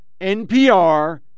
NPR